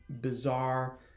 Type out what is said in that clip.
bizarre